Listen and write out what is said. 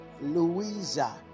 louisa